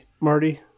Marty